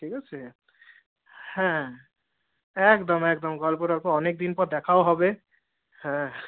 ঠিক আছে হ্যাঁ একদম একদম গল্প টল্প অনেকদিন পর দেখাও হবে হ্যাঁ